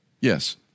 Yes